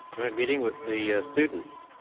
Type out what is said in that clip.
can i have meeting with the students?